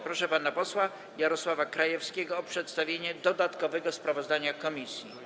Proszę pana posła Jarosława Krajewskiego o przedstawienie dodatkowego sprawozdania komisji.